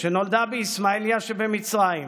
שנולדה באיסמעיליה שבמצרים,